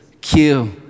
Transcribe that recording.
kill